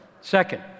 Second